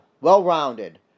well-rounded